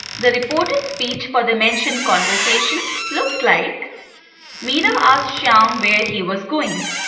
the reported speech for the mentioned conversation looks like meera asked shyam where he was going.